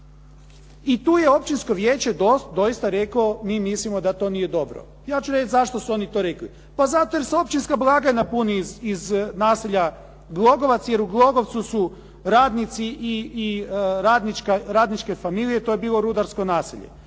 I tu je općinsko vijeće doista reklo mi mislimo da to nije dobro. Ja ću reći zašto su oni to rekli. Pa zato jer se općinska blagajna puni iz naselja Glogovac, jer u Glogovcu su radnici i radničke familije, to je bilo rudarsko naselje.